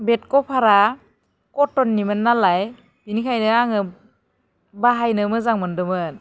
बेद कभारा कटननिमोन नालाय बेनिखायनो आङो बाहायनो मोजां मोनदोंमोन